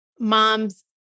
Moms